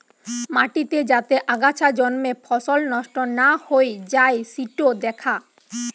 মাটিতে যাতে আগাছা জন্মে ফসল নষ্ট না হৈ যাই সিটো দ্যাখা